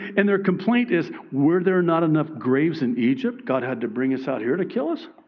and their complaint is were there not enough graves in egypt? god had to bring us out here to kill us.